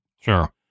Sure